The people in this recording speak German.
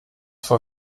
vor